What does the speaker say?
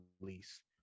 release